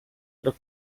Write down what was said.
tra